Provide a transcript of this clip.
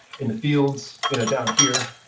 in the fields you know down here.